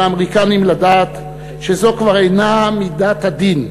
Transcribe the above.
על האמריקנים לדעת שזאת כבר אינה מידת הדין,